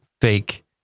fake